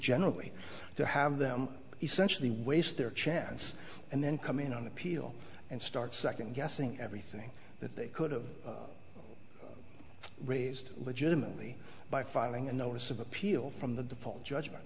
generally to have them essentially waste their chance and then come in on appeal and start second guessing everything that they could've raised legitimately by filing a notice of appeal from the default judgment